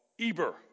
Eber